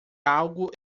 algo